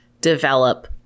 develop